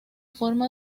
forma